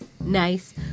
nice